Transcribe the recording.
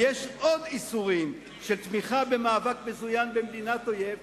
ויש עוד איסורים של תמיכה במאבק מזוין של מדינת אויב,